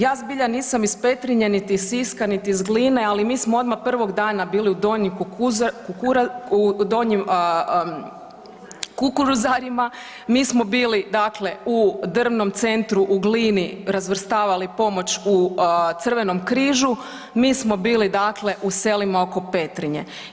Ja zbilja nisam iz Petrinje, niti iz Siska, niti iz Gline, ali mi smo odmah prvog dana bili u Donjim Kukuruzarima, mi smo bili u Drvnom centru u Glini razvrstavali pomoć u Crvenom križu, mi smo bili u selima oko Petrinje.